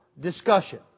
discussion